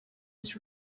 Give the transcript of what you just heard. was